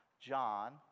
John